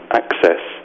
access